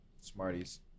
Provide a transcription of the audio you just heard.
Smarties